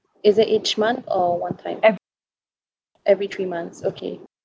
is it each month or one time every three months okay